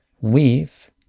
weave